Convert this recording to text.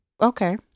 okay